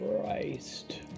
christ